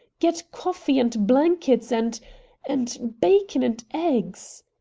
get coffee and blankets and and bacon and eggs!